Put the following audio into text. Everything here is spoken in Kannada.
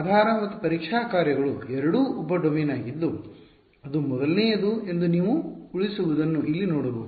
ಆಧಾರ ಮತ್ತು ಪರೀಕ್ಷಾ ಕಾರ್ಯಗಳು ಎರಡೂ ಉಪ ಡೊಮೇನ್ ಆಗಿದ್ದು ಅದು ಮೊದಲನೆಯದು ಎಂದು ನೀವು ಉಳಿಸುವದನ್ನು ಇಲ್ಲಿ ನೋಡಬಹುದು